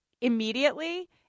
immediately